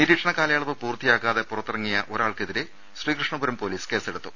നിരീക്ഷണ കാലയളവ് പൂർത്തിയാക്കാതെ പുറത്തിറങ്ങിയ ഒരാൾക്കെതിരെ ശ്രീകൃഷ്ണപുരം പൊലീസ് കേസെടുത്തു